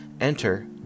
Enter